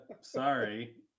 sorry